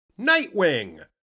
Nightwing